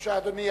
בבקשה, אדוני